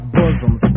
bosoms